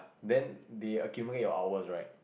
then they accumulate your hours right